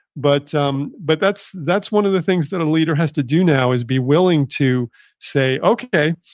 but um but that's that's one of the things that a leader has to do now is be willing to say, okay.